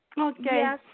Okay